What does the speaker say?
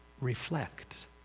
reflect